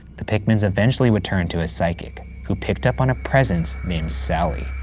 the pickmans eventually would turn to a psychic who picked up on a presence named sallie.